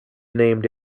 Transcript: named